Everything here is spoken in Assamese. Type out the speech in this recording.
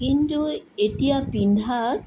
কিন্তু এতিয়া পিন্ধাত